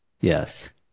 Yes